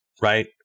right